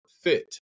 fit